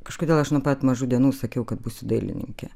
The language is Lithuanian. kažkodėl aš nuo pat mažų dienų sakiau kad būsiu dailininkė